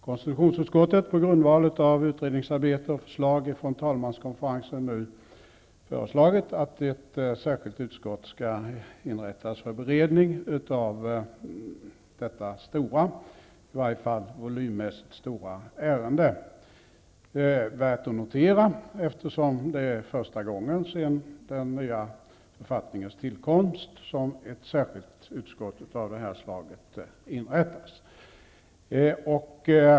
Konstitutionsutskottet har på grundval av utredningsarbete och förslag från talmanskonferensen nu föreslagit att ett särskilt utskott skall inrättas för beredning av detta, volymmässigt, stora ärende. Det här är värt att notera, eftersom det är första gången sedan den nya författningens tillkomst som ett särskilt utskott av det slaget inrättas.